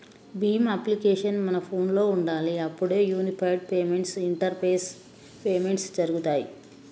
Bhim application మన ఫోనులో ఉండాలి అప్పుడే యూనిఫైడ్ పేమెంట్స్ ఇంటరపేస్ పేమెంట్స్ జరుగుతాయ్